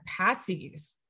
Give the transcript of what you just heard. patsies